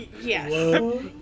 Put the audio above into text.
Yes